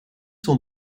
son